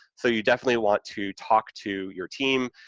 so you definitely want to talk to your team,